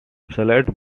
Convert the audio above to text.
slight